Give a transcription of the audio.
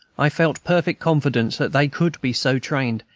i felt perfect confidence that they could be so trained,